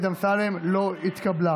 לא נתקבלה.